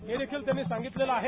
हे देखील त्यांनी सांगितलेलं आहे